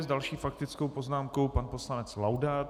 S další faktickou poznámkou pan poslanec Laudát.